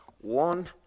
one